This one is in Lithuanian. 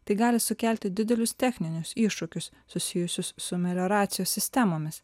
tai gali sukelti didelius techninius iššūkius susijusius su melioracijos sistemomis